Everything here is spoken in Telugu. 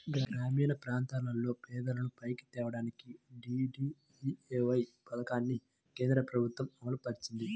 గ్రామీణప్రాంతాల్లో పేదలను పైకి తేడానికి డీడీయూఏవై పథకాన్ని కేంద్రప్రభుత్వం అమలుపరిచింది